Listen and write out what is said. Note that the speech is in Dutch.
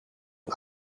een